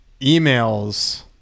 emails